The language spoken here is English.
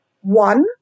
One